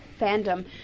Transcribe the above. fandom